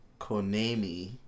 Konami